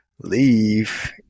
leave